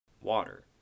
water